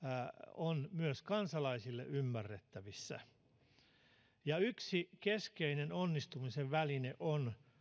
on myös kansalaisten ymmärrettävissä yksi keskeinen onnistumisen väline on